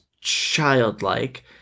childlike